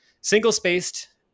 single-spaced